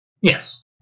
Yes